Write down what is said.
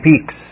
peaks